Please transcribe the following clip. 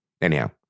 anyhow